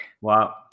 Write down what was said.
wow